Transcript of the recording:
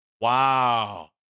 wow